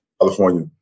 California